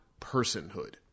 personhood